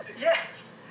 Yes